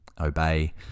obey